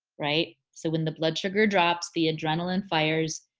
right? so when the blood sugar drops the adrenaline fires,